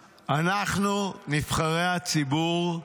אנחנו, נבחרי ציבור.